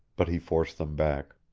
but he forced them back.